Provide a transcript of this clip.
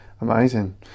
amazing